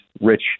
rich